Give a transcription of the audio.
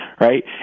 right